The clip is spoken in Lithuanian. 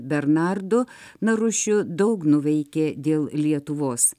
bernardu narušiu daug nuveikė dėl lietuvos